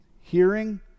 Hearing